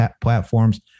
platforms